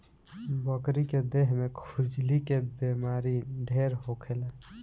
बकरी के देह में खजुली के बेमारी ढेर होखेला